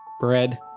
Bread